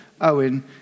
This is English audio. Owen